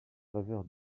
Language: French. faveur